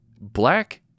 Black